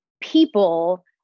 people